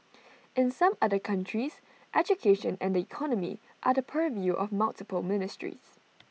in some other countries education and the economy are the purview of multiple ministries